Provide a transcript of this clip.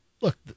look